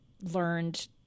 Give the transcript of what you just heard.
learned